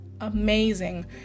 amazing